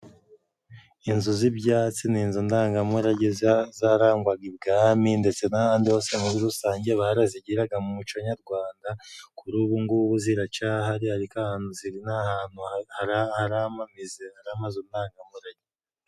Inzu z'ibyatsi ni inzu ndangamurage, zarangwaga ibwami ndetse n'ahandi hose, muri rusange barazigiraga mu muco nyarwanda, kuri ubungubu ziracahari ariko ahantu ziri ni ahantu hari amamize, hari amazu ndangamurage.